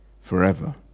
forever